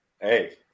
Hey